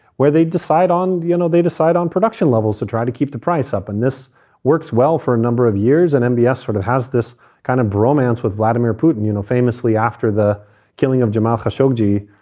where they decide on, you know, they decide on production levels to try to keep the price up. and this works well for a number of years. and m b a s sort of has this kind of bromance with vladimir putin, you know, famously after the killing of jamal khashoggi,